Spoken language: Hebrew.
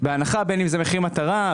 בין אם זה מחיר מטרה,